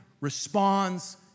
responds